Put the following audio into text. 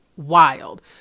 wild